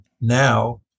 now